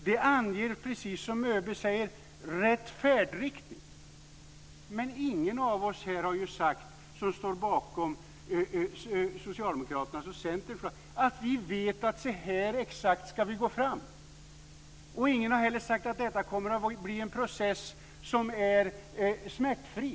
Det anger - precis som ÖB säger - rätt färdriktning. Men ingen av oss som står bakom Socialdemokraternas och Centerns förslag har sagt att vi exakt vet hur vi ska gå fram. Ingen har heller sagt att detta kommer att bli en process som är smärtfri.